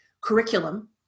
curriculum